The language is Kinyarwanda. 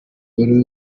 wari